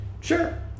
Sure